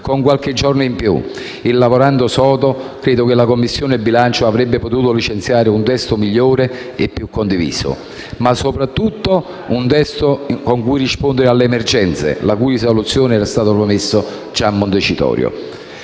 Con qualche giorno in più e lavorando sodo, credo che la Commissione bilancio avrebbe potuto licenziare un testo migliore e più condiviso ma, soprattutto, un testo con cui rispondere alle emergenze, la cui soluzione era stata promessa già a Montecitorio.